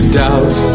doubt